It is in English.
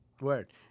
word